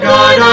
God